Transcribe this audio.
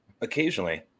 Occasionally